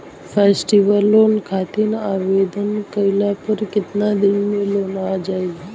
Festival loan खातिर आवेदन कईला पर केतना दिन मे लोन आ जाई?